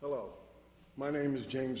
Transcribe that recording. hello my name is james